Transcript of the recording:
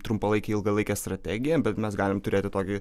trumpalaikę ilgalaikę strategiją bet mes galim turėti tokį